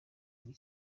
bw’i